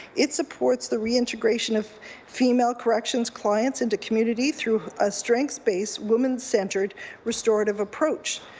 it supports the reintegration of female corrections clients into community through a strength-based women centred restorative approach.